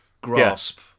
Grasp